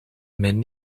mijn